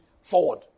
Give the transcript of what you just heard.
forward